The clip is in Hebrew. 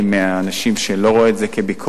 אני מהאנשים שלא רואים את זה כביקורת.